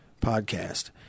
podcast